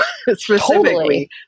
specifically